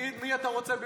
תגיד מי אתה רוצה במקום.